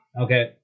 Okay